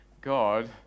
God